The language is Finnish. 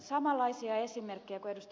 samanlaisia esimerkkejä kuin ed